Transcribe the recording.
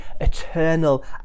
eternal